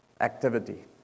activity